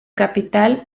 capital